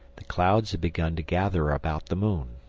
the clouds had begun to gather about the moon.